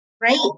right